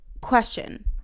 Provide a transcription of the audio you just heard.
question